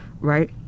right